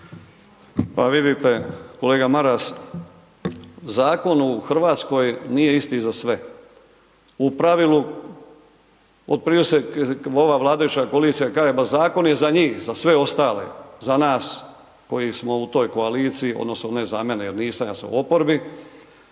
Pa vidite, kolega Maras, zakon u Hrvatskoj nije isto za sve. U pravilu .../Govornik se ne razumije./... ova vladajuća koalicija kaže pa zakon je za njih, za sve ostale, za nas koji smo u toj koaliciji odnosno ne za mene jer nisam, ja sam u oporbi,